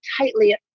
tightly